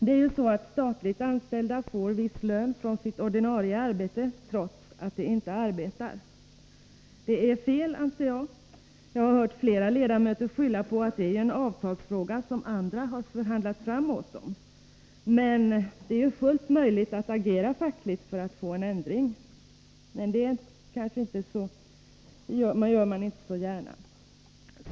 Det är ju så att statligt anställda får viss lön från sitt ordinarie arbete trots att de inte arbetar. Det är fel, anser jag. Jag har hört flera ledamöter skylla på att det är en avtalsfråga, och att andra har förhandlat fram resultatet åt dem. Men det är ju fullt möjligt att agera fackligt för att få en ändring. Men det gör man inte så gärna.